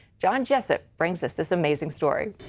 john jessup brings us this amazing story.